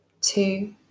two